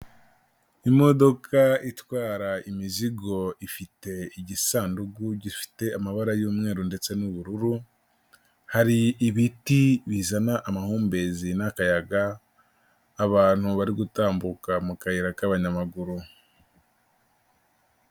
Imodoka itwara imizigo ifite igisanduku gifite amabara y'umweru ndetse n'ubururu, hari ibiti bizana amahumbezi n'akayaga, abantu bari gutambuka mu kayira k'abanyamaguru.